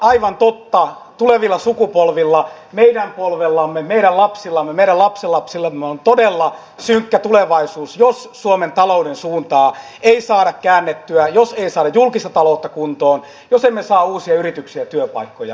aivan totta tulevilla sukupolvilla meidän polvellamme meidän lapsillamme meidän lapsenlapsillamme on todella synkkä tulevaisuus jos suomen talouden suuntaa ei saada käännettyä jos ei saada julkista taloutta kuntoon jos emme saa uusia yrityksiä ja työpaikkoja